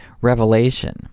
revelation